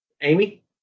Amy